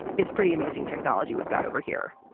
it's pretty amazing technology we've got over here.